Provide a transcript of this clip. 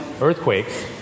earthquakes